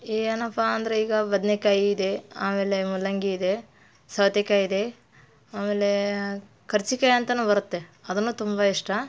ಏನಪ್ಪ ಅಂದರೆ ಈಗ ಬದ್ನೆಕಾಯಿ ಇದೆ ಆಮೇಲೆ ಮೂಲಂಗಿ ಇದೆ ಸೌತೆಕಾಯಿ ಇದೆ ಆಮೇಲೆ ಕರ್ಚಿಕಾಯಿ ಅಂತಲೂ ಬರುತ್ತೆ ಅದು ತುಂಬ ಇಷ್ಟ